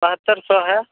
बहत्तर सौ है